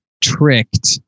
tricked